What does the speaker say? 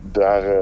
daar